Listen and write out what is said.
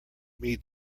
meat